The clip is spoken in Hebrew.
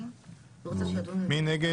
מי נגד?